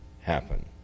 happen